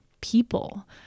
people